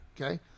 Okay